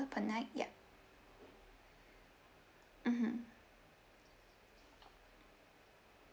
per night ya mmhmm